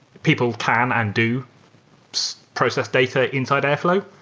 people can and do process data inside airflow,